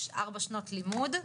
ארבע שנות לימוד.